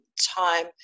time